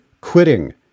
quitting